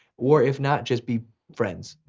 or if not just be friends.